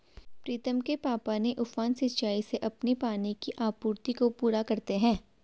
प्रीतम के पापा ने उफान सिंचाई से अपनी पानी की आपूर्ति को पूरा करते हैं